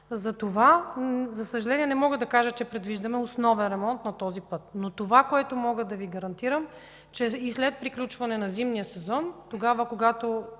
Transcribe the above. Затова, за съжаление, не мога да кажа, че предвиждаме основен ремонт на този път. Това, което мога да Ви гарантирам, е, че след приключване на зимния сезон тогава, когато